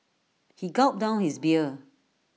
he gulped down his beer